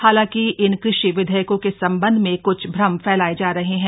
हालांकि इन कृषि विधेयकों के संबंध में कुछ भ्रम फैलाये जा रहे हैं